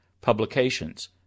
publications